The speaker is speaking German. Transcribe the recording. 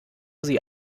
sie